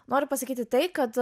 noriu pasakyti tai kad